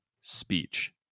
speech